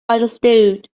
understood